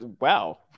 wow